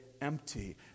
empty